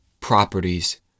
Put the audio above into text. properties